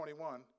21